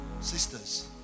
sisters